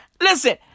listen